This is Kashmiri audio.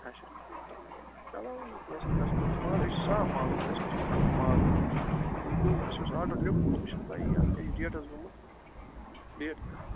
اچھا ٹھیٖک ٹھیٖک چلو وۄنۍ اوس نہٕ قٕسمَتَس مگر أسۍ چھِ صاف مال کٕنان أسۍ مہَ چھِ ہہُ مال کٕنان وۄنۍ گوٚو اَسہِ اوس آرڈر لیوٚکھمُت وۄنۍ چھنہٕ پَیی اتھ کیاہ چھ ڈیٹَس گوٚمُت ڈیٹ